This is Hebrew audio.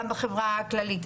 גם בחברה הכללית.